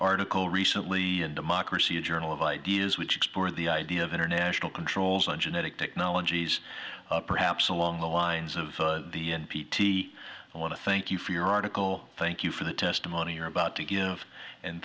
article recently in democracy a journal of ideas which explore the idea of international controls on genetic technologies perhaps along the lines of the n p t i want to thank you for your article thank you for the testimony you're about to give and